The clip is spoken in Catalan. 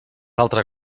altra